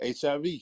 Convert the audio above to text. HIV